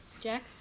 Jack